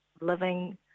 living